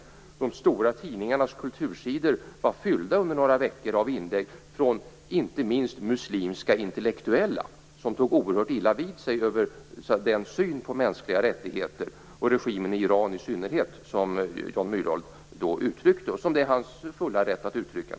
De stora tidningarnas kultursidor var fyllda under några veckor av inlägg från inte minst muslimska intellektuella som tog oerhört illa vid sig över den syn på mänskliga rättigheter och regimen i Iran i synnerhet som Jan Myrdal då uttryckte och som det naturligtvis är hans fulla rätt att uttrycka.